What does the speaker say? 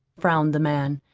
frowned the man.